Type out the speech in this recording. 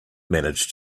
manage